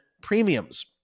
premiums